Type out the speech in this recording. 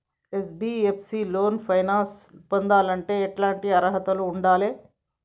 NBFC లో finance పొందాలంటే ఎట్లాంటి అర్హత ఉండాలే?